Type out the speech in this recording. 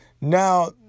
Now